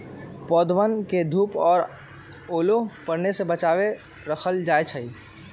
पौधवन के धूप और ओले पड़े से बचा के रखल जाहई